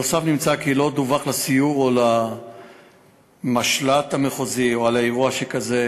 נוסף על כך נמצא כי לא דווח לסיור או למשל"ט המחוזי על אירוע כזה,